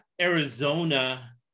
Arizona